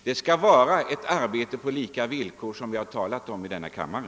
Det skall vara ett arbete på lika villkor, som vi tidigare har sagt i denna kammare.